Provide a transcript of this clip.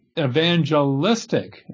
evangelistic